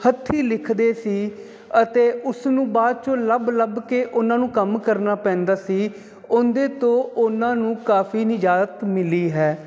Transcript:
ਹੱਥੀਂ ਲਿਖਦੇ ਸੀ ਅਤੇ ਉਸਨੂੰ ਬਾਅਦ 'ਚੋਂ ਲੱਭ ਲੱਭ ਕੇ ਉਹਨਾਂ ਨੂੰ ਕੰਮ ਕਰਨਾ ਪੈਂਦਾ ਸੀ ਉਹਦੇ ਤੋਂ ਉਹਨਾਂ ਨੂੰ ਕਾਫੀ ਨਿਜ਼ਾਤ ਮਿਲੀ ਹੈ